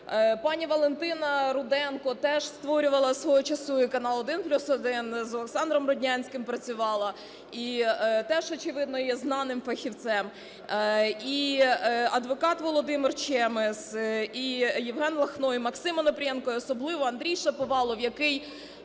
Пані Валентина Руденко теж створювала свого часу і канал "1+1", з Олександром Роднянським працювала і теж, очевидно, є знаним фахівцем. І адвокат Володимир Чемес, і Євген Лахно, і Максим Онопрієнко, і особливо Андрій Шаповалов, який